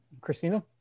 Christina